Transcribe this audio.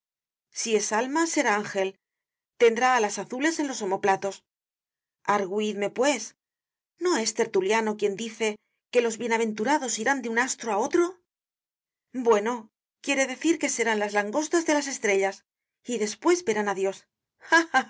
si es alma será ángel tendrá alas azules en los omoplatos argúidxne pues no es tertuliano quien dice que los bienaventurados irán de un astro á otro bueno quiere decir que serán las langostas de las estrellas y despues verán á dios